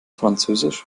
französisch